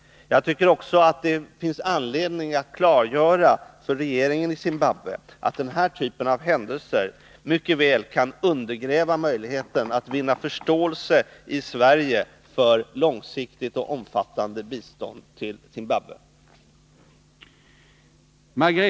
Det finns också anledning att klargöra för regeringen i Zimbabwe att den här typen av händelser mycket väl kan undergräva möjligheterna att vinna förståelse i Sverige för långsiktigt och omfattande bistånd till Zimbabwe.